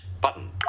Button